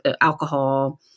alcohol